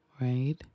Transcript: Right